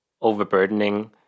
overburdening